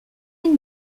une